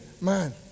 man